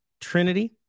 Trinity